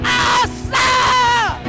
awesome